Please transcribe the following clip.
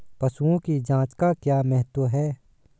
पशुओं की जांच का क्या महत्व है?